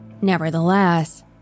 Nevertheless